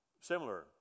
similar